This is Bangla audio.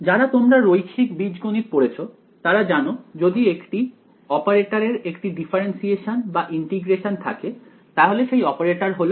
যারা তোমরা রৈখিক বীজগণিত পড়েছ তারা জানে যদি একটি অপারেটর এর একটি ডিফারেন্সিয়েশন বা ইন্টিগ্রেশন থাকে তাহলে সেই অপারেটর হল